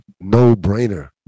no-brainer